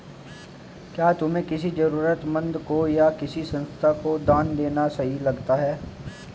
क्या तुम्हें किसी जरूरतमंद को या किसी संस्था को दान देना सही लगता है?